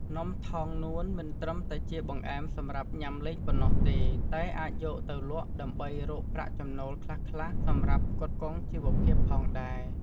នំថងនួនមិនត្រឹមតែជាបង្អែមសម្រាប់ញ៉ាំលេងប៉ុណ្ណោះទេ តែអាចយកទៅលក់ដើម្បីរកប្រាក់ចំណូលខ្លះៗ សម្រាប់ផ្គត់ផ្គង់ជីវភាពផងដែរ។